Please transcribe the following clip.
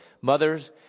mothers